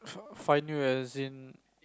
find you as in